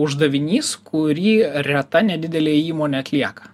uždavinys kurį reta nedidelė įmonė atlieka